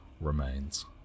remains